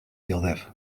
dioddef